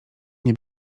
nie